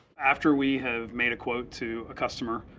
after we have made a quote to a customer,